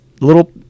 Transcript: little